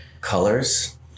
colors